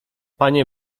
panie